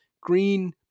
Green